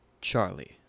Charlie